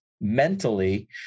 mentally